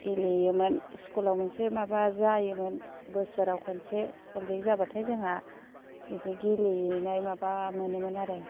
गेलेयोमोन स्कुल आव मोनसे माबा जायोमोन बोसोराव खनसे स्कुल उइख जाबाथाय जोंहा बिदि गेलेनाय माबा मोनोमोन आरो